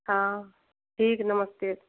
हाँ ठीक नमस्ते